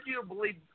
arguably